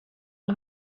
und